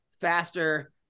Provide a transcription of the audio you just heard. faster